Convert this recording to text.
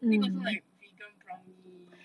then also like vegan brownie